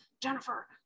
Jennifer